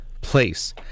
place